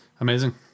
Amazing